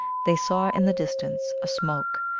they saw in the distance a smoke,